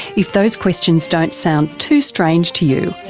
if those questions don't sound too strange to you,